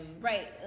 Right